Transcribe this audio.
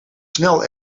snel